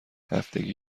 هفتگی